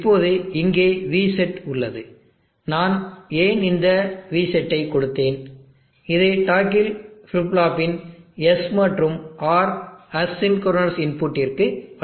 இப்போது இங்கே Vset உள்ளது நான் ஏன் இந்த Vset ஐக் கொடுத்தேன் இது டாக்கில் ஃபிளிப் ஃப்ளாப்பின் S மற்றும் R எசின்கொரனஸ் இன்புட்டிற்கு வழங்கப்படுகிறது